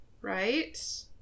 right